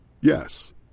Yes